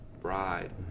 bride